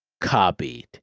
copied